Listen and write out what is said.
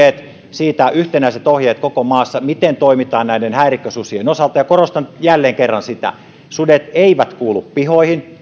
yhtenäiset ohjeet koko maassa siitä miten toimitaan näiden häirikkösusien osalta korostan jälleen kerran sitä että sudet eivät kuulu pihoihin niiden